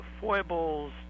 foibles